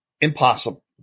Impossible